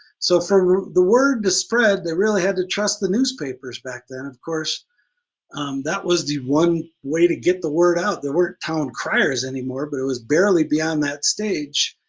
so for the word to spread they really had to trust the newspapers back then. of course that was the one way to get the word out, there weren't town criers anymore, but it was barely beyond that stage.